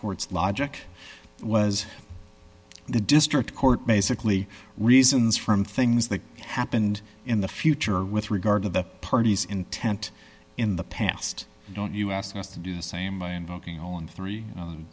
court's logic was the district court basically reasons from things that happened in the future with regard to the party's intent in the past don't you ask us to do the same